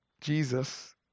Jesus